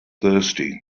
thirsty